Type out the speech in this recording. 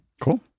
Cool